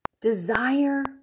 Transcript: desire